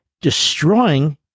destroying